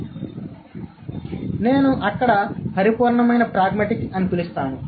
కాబట్టి నేను అక్కడ పరిపూర్ణమైన ప్రాగ్మాటిక్స్ అని పిలుస్తాను